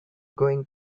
going